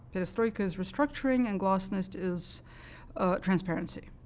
perestroika is restructuring, and glasnost is transparency.